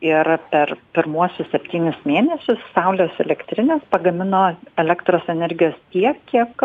ir per pirmuosius septynis mėnesius saulės elektrinės pagamino elektros energijos tiek kiek